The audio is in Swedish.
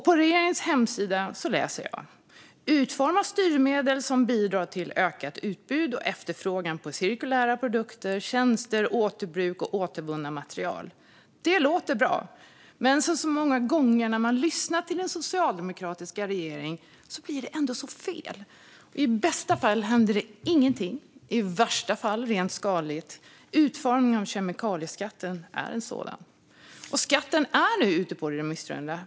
På regeringens hemsida läser jag: "Utforma styrmedel som bidrar till ökat utbud och efterfrågan på cirkulära produkter, tjänster, återbruk och återvunna material." Det låter bra, som så många gånger när man lyssnar till den socialdemokratiska regeringen. Ändå blir det så fel. I bästa fall händer ingenting. I värsta fall blir det rent skadligt, som med utformningen av kemikalieskatten. Skatten är nu ute på remissrunda.